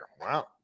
Wow